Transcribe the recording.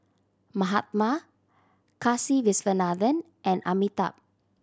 Mahatma Kasiviswanathan and Amitabh